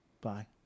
bye